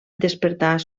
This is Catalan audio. despertar